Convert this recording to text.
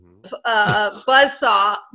Buzzsaw